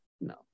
No